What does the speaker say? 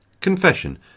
Confession